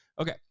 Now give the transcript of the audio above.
okay